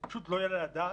פשוט לא יעלה על הדעת,